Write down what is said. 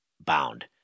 bound